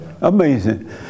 Amazing